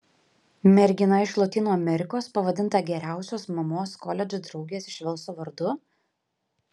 mergina iš lotynų amerikos pavadinta geriausios mamos koledžo draugės iš velso vardu